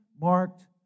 marked